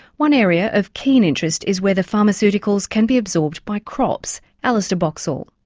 one area of keen interest is whether pharmaceuticals can be absorbed by crops alistair boxall.